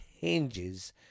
hinges